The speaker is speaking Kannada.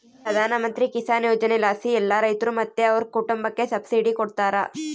ಪ್ರಧಾನಮಂತ್ರಿ ಕಿಸಾನ್ ಯೋಜನೆಲಾಸಿ ಎಲ್ಲಾ ರೈತ್ರು ಮತ್ತೆ ಅವ್ರ್ ಕುಟುಂಬುಕ್ಕ ಸಬ್ಸಿಡಿ ಕೊಡ್ತಾರ